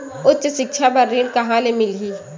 उच्च सिक्छा बर ऋण कहां ले मिलही?